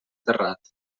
terrat